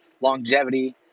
longevity